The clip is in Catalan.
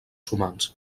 humans